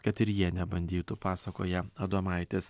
kad ir jie nebandytų pasakoja adomaitis